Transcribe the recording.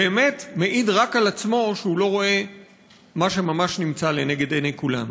באמת מעיד רק על עצמו שהוא לא רואה מה שממש נמצא לנגד עיני כולנו.